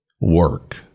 work